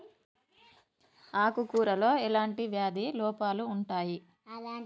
ఆకు కూరలో ఎలాంటి వ్యాధి లోపాలు ఉంటాయి?